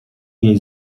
jej